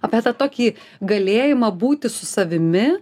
apie tą tokį galėjimą būti su savimi